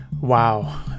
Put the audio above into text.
wow